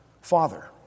father